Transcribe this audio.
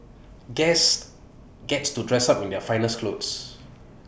guests gets to dress up in their finest clothes